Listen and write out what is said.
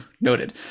Noted